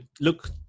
look